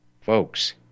Folks